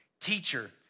teacher